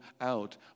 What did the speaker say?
out